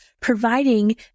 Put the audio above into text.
providing